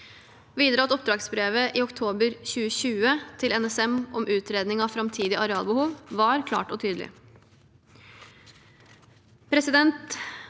de at oppdragsbrevet i oktober 2020 til NSM om utredning av framtidig arealbehov var klart og tydelig.